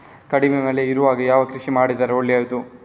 ಕಡಿಮೆ ಮಳೆ ಇರುವಾಗ ಯಾವ ಕೃಷಿ ಮಾಡಿದರೆ ಒಳ್ಳೆಯದು?